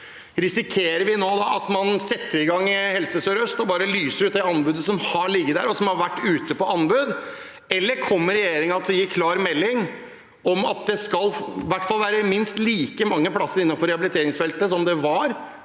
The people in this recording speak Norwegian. har lagt inn – at man setter i gang i Helse sør-øst og bare lyser ut det som har ligget der, og som har vært ute på anbud? Eller kommer regjeringen til å gi klar melding om at det i hvert fall skal være minst like mange plasser innenfor rehabiliteringsfeltet som det var,